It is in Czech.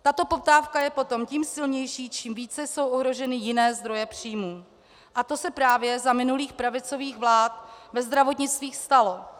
Tato poptávka je potom tím silnější, čím více jsou ohroženy jiné zdroje příjmů, a to se právě za minulých pravicových vlád ve zdravotnictví stalo.